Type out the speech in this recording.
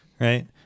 right